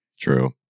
true